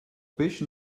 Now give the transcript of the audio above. peix